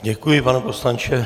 Děkuji, pane poslanče.